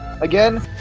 again